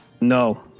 No